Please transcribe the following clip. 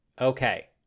Okay